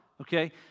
okay